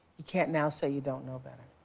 you can't now say you don't know better.